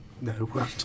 No